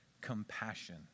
compassion